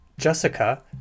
Jessica